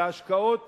על ההשקעות